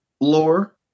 lore